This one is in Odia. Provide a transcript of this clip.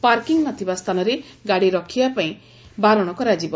ପାର୍କିଂ ନ ଥିବା ସ୍ଚାନରେ ଗାଡ଼ି ରଖିବାପାଇଁ ବାରଶ କରାଯିବ